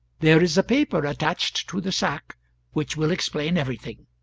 there is a paper attached to the sack which will explain everything.